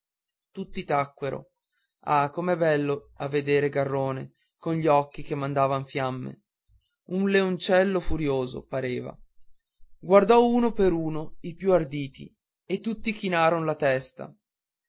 tacquero ah com'era bello a vedere garrone con gli occhi che mandavan fiamme un leoncello furioso pareva guardò uno per uno i più arditi e tutti chinaron la testa